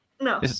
no